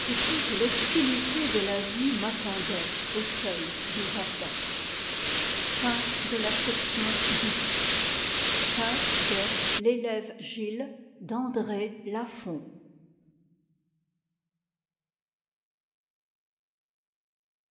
toute l'hostilité de la vie m'attendait au seuil du jardin